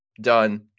done